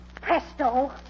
presto